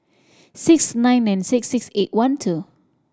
six nine nine six six eight one two